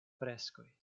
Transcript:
freskoj